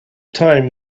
time